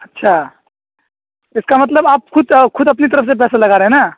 اچھا اس کا مطلب آپ خود خود اپنی طرف سے پیسہ لگا رہے ہیں نا